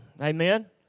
amen